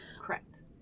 Correct